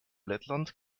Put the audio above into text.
lettland